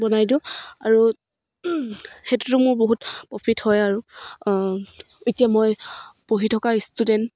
বনাই দিওঁ আৰু সেইটোতো মোৰ বহুত প্ৰফিট হয় আৰু এতিয়া মই পঢ়ি থকা ষ্টুডেণ্ট